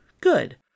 Good